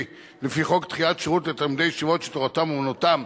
לפי חוק דחיית שירות לתלמידי ישיבות שתורתם אומנותם,